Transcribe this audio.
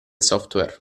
software